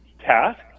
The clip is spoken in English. task